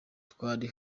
twari